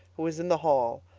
who was in the hall,